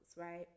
right